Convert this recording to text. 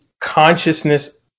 consciousness